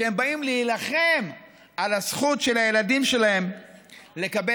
שהם באים להילחם על הזכות של הילדים שלהם לקבל